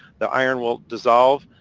the iron will dissolve.